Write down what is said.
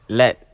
let